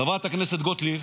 חברת הכנסת גוטליב,